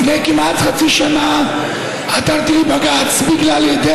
לפני כמעט חצי שנה עתרתי לבג"ץ בגלל היעדר